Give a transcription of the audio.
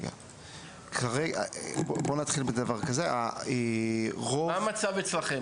בוא נשאל שאלה פשוטה יותר: מה המצב אצלכם?